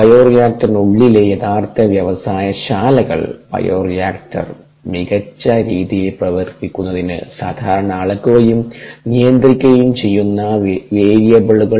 ബയോറിയാക്ടറിനുള്ളിലെ യഥാർത്ഥ വ്യവസായ ശാലകൾ ബയോറിയാക്റ്റർ മികച്ച രീതിയിൽ പ്രവർത്തിക്കുന്നതിന് സാധാരണ അളക്കുകയും നിയന്ത്രിക്കുകയും ചെയ്യുന്ന വേരിയബിളുകൾ